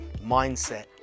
mindset